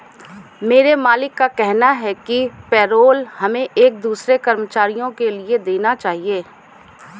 मेरे मालिक का कहना है कि पेरोल हमें एक दूसरे कर्मचारियों के लिए देना चाहिए